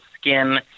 skin